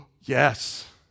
yes